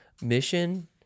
mission